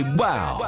wow